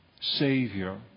savior